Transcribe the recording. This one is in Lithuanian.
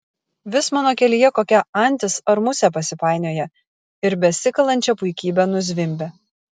vis mano kelyje kokia antis ar musė pasipainioja ir besikalančią puikybę nuzvimbia